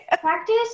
Practice